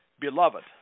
Beloved